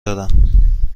دارم